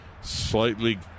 slightly